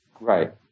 Right